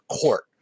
court